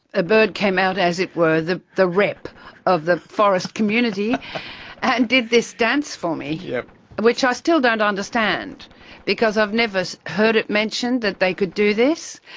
a bird came out, as it were, the the rep of the forest community and did this dance for me, yeah which i still don't understand because i've never heard it mentioned that they could do this,